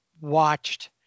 watched